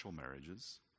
marriages